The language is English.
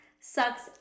sucks